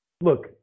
Look